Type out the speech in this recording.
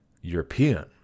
European